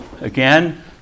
Again